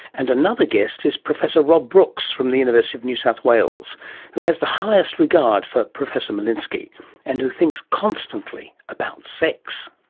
and another guest is professor rob brooks from the university of new south wales who has the highest regard for professor milinski and who thinks constantly about sex.